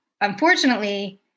unfortunately